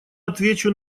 отвечу